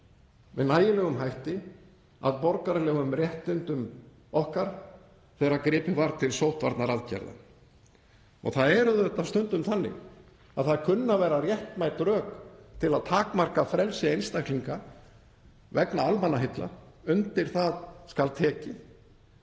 með nægilegum hætti að borgaralegum réttindum okkar þegar gripið var til sóttvarnaaðgerða. Það er auðvitað stundum þannig að það kunna að vera réttmæt rök til að takmarka frelsi einstaklinga vegna almannaheilla. Undir það skal tekið.